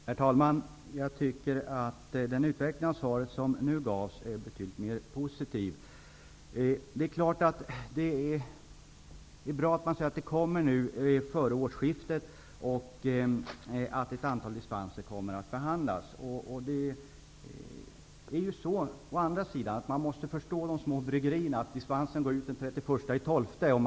Herr talman! Jag tycker att den utveckling av svaret som nu gavs är beydligt mera positiv. Det är bra att propositionen kommer före årsskiftet och att ett antal dispenser kommer att behandlas. Men man måste också förstå de små bryggeriernas situation. Dispensen går ut den 31 december.